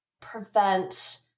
prevent